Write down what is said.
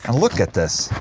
and look at this